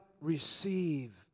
receive